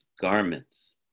garments